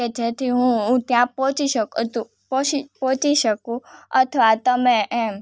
કે જેથી હું હું ત્યાં પહોંચી પહોંચી શકું અથવા તમે એમ